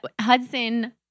Hudson